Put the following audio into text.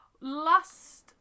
last